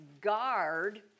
guard